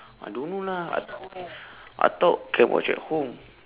I don't know lah I t~ I thought can watch at home